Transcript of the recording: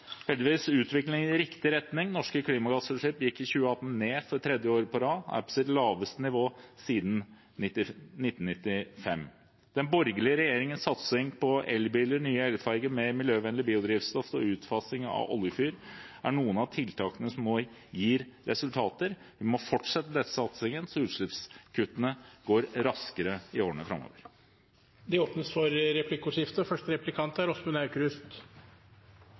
heldigvis utviklingen i riktig retning. Norske klimagassutslipp gikk i 2018 ned for tredje året på rad og er på sitt laveste nivå siden 1995. Den borgerlige regjeringens satsing på elbiler, nye elferger, mer miljøvennlig biodrivstoff og utfasing av oljefyr er noen av tiltakene som nå gir resultater. Vi må fortsette denne satsingen, slik at utslippskuttene går raskere i årene framover. Det blir replikkordskifte.